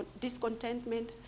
discontentment